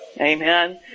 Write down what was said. Amen